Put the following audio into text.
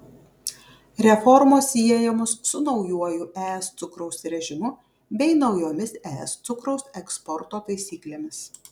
reformos siejamos su naujuoju es cukraus režimu bei naujomis es cukraus eksporto taisyklėmis